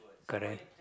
correct